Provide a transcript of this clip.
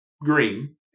green